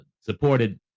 supported